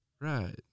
Right